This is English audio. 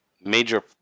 major